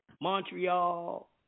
Montreal